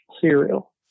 cereal